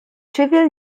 trivial